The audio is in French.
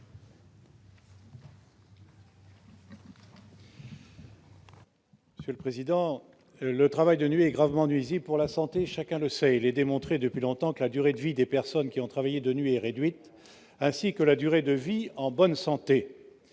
Tourenne. Le travail de nuit est gravement nuisible pour la santé, chacun le sait. Il est démontré depuis longtemps que la durée de vie des personnes qui ont travaillé de nuit est réduite, ainsi que la durée de vie en bonne santé.